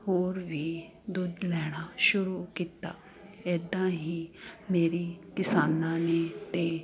ਹੋਰ ਵੀ ਦੁੱਧ ਲੈਣਾ ਸ਼ੁਰੂ ਕੀਤਾ ਇੱਦਾਂ ਹੀ ਮੇਰੀ ਕਿਸਾਨਾਂ ਨੇ ਅਤੇ